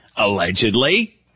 Allegedly